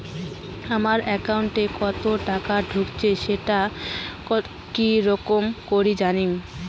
আমার একাউন্টে কতো টাকা ঢুকেছে সেটা কি রকম করি জানিম?